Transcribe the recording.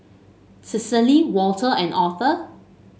Cecily Walter and Authur